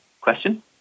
question